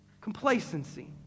complacency